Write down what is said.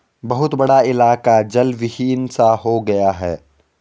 बहुत बड़ा इलाका जलविहीन सा हो गया है